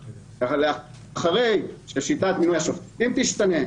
אחרי ששיטת מינוי השופטים תשתנה,